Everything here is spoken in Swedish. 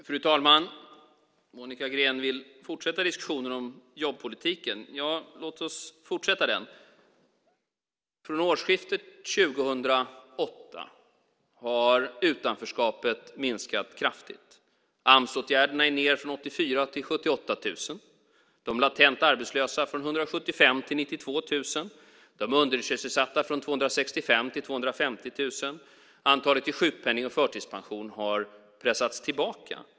Fru talman! Monica Green vill fortsätta diskussionen om jobbpolitiken. Låt oss fortsätta den. Från årsskiftet 2008 har utanförskapet minskat kraftigt. Antalet personer i Amsåtgärder har minskat från 84 000 till 78 000, de latent arbetslösa från 175 000 till 92 000, de undersysselsatta från 265 000 till 250 000. Antalet med sjukpenning eller med förtidspension har pressats tillbaka.